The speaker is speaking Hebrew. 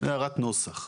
הערת נוסח.